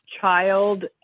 child